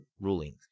ruling